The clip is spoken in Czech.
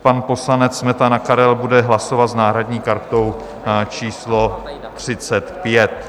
Pan poslanec Smetana Karel bude hlasovat s náhradní kartou číslo 35.